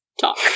talk